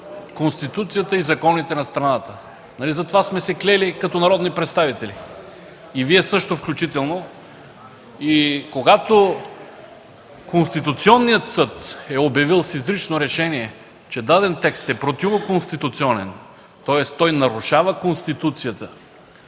Конституцията и законите на страната. Нали затова сме се клели като народни представители?! И Вие също, включително! И когато Конституционният съд е обявил с изрично решение, че даден текст е противоконституционен, тоест той нарушава Конституцията,